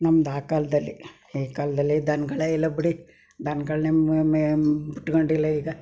ನಮ್ದು ಆ ಕಾಲದಲ್ಲಿ ಈ ಕಾಲದಲ್ಲಿ ದನಗಳೇ ಇಲ್ಲ ಬಿಡಿ ದನಗಳ್ನೇ ಮೆ ಮೆ ಬಿಟ್ಕೊಂಡಿಲ್ಲ ಈಗ